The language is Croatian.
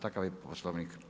Takav je Poslovnik.